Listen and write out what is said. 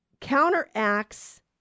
counteracts